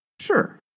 Sure